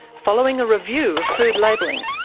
following a review of food labelling.